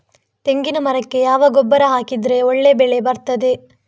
ತೆಂಗಿನ ಮರಕ್ಕೆ ಯಾವ ಗೊಬ್ಬರ ಹಾಕಿದ್ರೆ ಒಳ್ಳೆ ಬೆಳೆ ಬರ್ತದೆ?